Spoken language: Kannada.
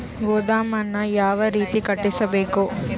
ಗೋದಾಮನ್ನು ಯಾವ ರೇತಿ ಕಟ್ಟಿಸಬೇಕು?